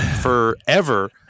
forever